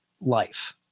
life